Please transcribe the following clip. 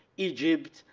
egypt,